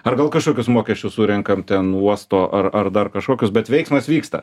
ar gal kažkokius mokesčius surenkam ten uosto ar ar dar kažkokius bet veiksmas vyksta